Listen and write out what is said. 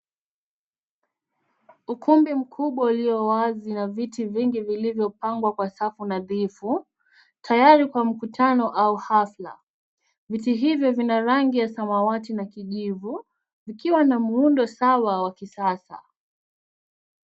Ukumbi mkubwa ulio wazi na viti vingi vilivyopangwa kwa safu nadhifu tayari kwa mkutano au hafla. Viti hivyo vina rangi ya samawati na kijivu vikiwa na muundo sawa wa kisasa.